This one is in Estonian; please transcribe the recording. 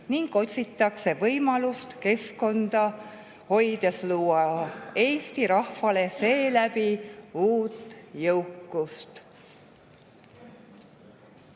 ning otsitakse võimalust keskkonda hoides luua Eesti rahvale seeläbi uut jõukust.